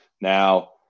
Now